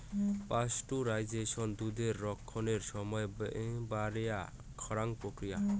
pasteurisation দুধের রক্ষণের সমায় বাড়েয়া রাখং প্রক্রিয়া